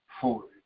forward